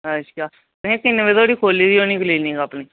अच्छा तुहें किन्ने बजे धोड़ी खोह्ली दी होनी क्लीनिक अपनी